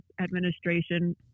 administration